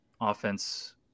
offense